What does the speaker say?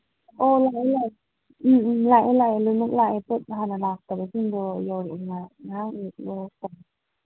ꯑꯣ ꯂꯥꯛꯑꯦ ꯂꯥꯛꯑꯦ ꯎꯝ ꯎꯝ ꯂꯥꯛꯑꯦ ꯂꯥꯛꯑꯦ ꯂꯣꯏꯃꯛ ꯂꯥꯛꯑꯦ ꯄꯣꯠ ꯍꯥꯟꯅ ꯂꯥꯛꯇꯕꯁꯤꯡꯗꯣ ꯌꯧꯔꯛꯑꯦꯗꯅ ꯉꯔꯥꯡ ꯑꯌꯨꯛ ꯌꯧꯔꯛꯄꯅꯦ